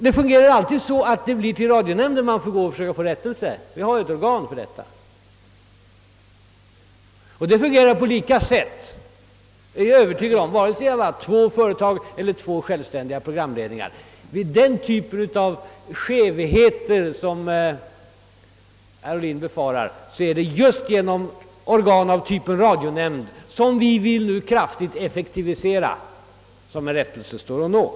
Det blir i stället alltid hos radionämnden man får söka få rättelse. Vi har alltså för detta ändamål ett speciellt organ, och jag är övertygad om att detta fungerar på samma sätt, oavsett om det finns två TV-företag eller två självständiga programledningar. Och för att kunna åstadkomma rättelse vid den typ av skevheter, som herr Ohlin befarar, vill vi kraftigt effektivisera just den typ av organ som radionämnden utgör.